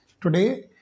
Today